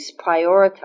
prioritize